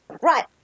right